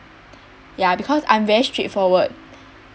yeah because I'm very straightforward